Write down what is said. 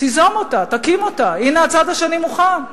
תיזום אותה, תקים אותה, הנה, הצד השני מוכן.